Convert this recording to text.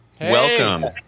Welcome